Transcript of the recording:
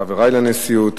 חברי לנשיאות